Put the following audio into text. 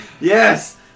Yes